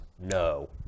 No